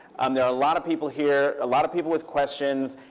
um there are a lot of people here, a lot of people with questions.